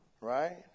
Right